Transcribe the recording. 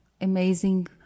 amazing